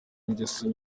ingeso